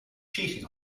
cheating